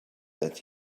that